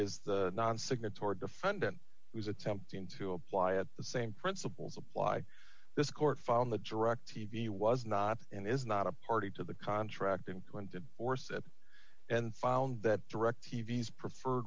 is the non signatory defendant who is attempting to apply at the same principles apply this court found that direct t v was not and is not a party to the contract and when did force it and found that direct t v s preferred